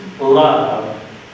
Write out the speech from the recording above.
love